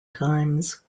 times